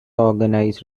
organized